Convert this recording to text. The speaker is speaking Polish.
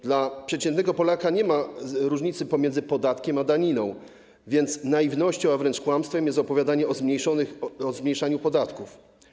Dla przeciętnego Polaka nie ma różnicy pomiędzy podatkiem a daniną, więc naiwnością, a wręcz kłamstwem jest opowiadanie o zmniejszaniu podatków.